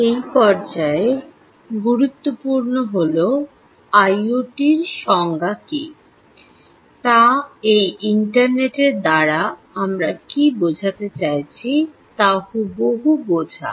এই পর্যায়ে গুরুত্বপূর্ণ হল আইওটির সংজ্ঞা কী তা এই ইন্টারনেটের দ্বারা আমরা কী বোঝাতে চাইছি তা হুবহু বোঝা